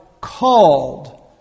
called